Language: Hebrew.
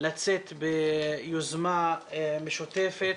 לצאת ביוזמה משותפת